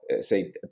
say